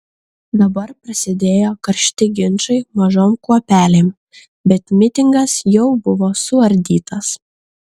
dabar prasidėjo karšti ginčai mažom kuopelėm bet mitingas jau buvo suardytas